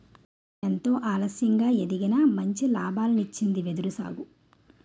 ఎంతో ఆలస్యంగా ఎదిగినా మంచి లాభాల్నిచ్చింది వెదురు సాగు